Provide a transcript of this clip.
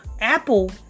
Apple